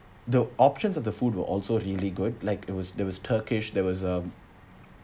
the options of the food were also really good like it was there was turkish there was um